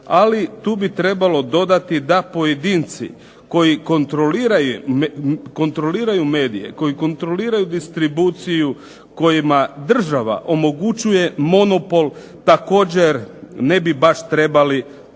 Ali tu bi trebalo dodati da pojedinci koji kontroliraju medije, koji kontroliraju distribuciju, kojima država omogućuje monopol također ne bi baš trebali,